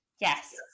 Yes